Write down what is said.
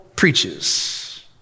preaches